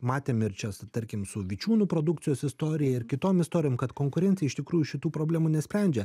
matėm ir čia tarkim su vičiūnų produkcijos istorija ir kitom istorijom kad konkurentai iš tikrųjų šitų problemų nesprendžia